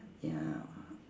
ya ah